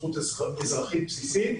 זכות אזרחית בסיסית.